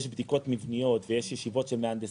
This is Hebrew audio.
יש בדיקות מבניות ויש ישיבות של מהנדסים,